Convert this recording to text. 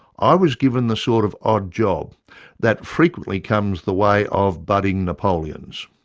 i was given the sort of odd job that frequently comes the way of budding napoleons.